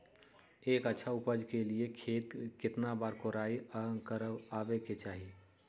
एक अच्छा उपज के लिए खेत के केतना बार कओराई करबआबे के चाहि?